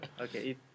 okay